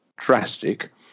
drastic